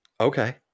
Okay